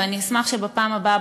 ואני אשמח אם בפעם הבאה,